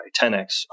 10x